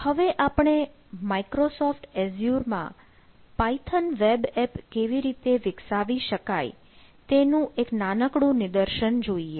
હવે આપણે Microsoft Azure માં પાયથન વેબ એપ કેવી રીતે વિકસાવી શકાય તેનું એક નાનકડું નિદર્શન જોઈએ